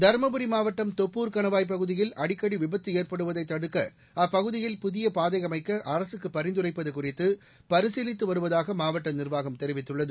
தரும்புரி மாவட்டம் தொப்பூர் கணவாய் பகுதியில் அடிக்கடி விபத்து ஏற்படுவதை தடுக்க அப்பகுதியில் புதிய பாதை அமைக்க அரகக்கு பரிந்துரைப்பது குறித்து பரிசீலித்து வருவதாக மாவட்ட நிர்வாகம் தெரிவித்துள்ளது